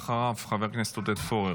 טאהא, ואחריו, חבר הכנסת עודד פורר.